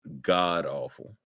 god-awful